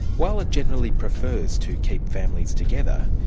while it generally prefers to keep families together,